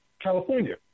California